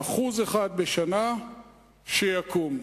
5% שיקום.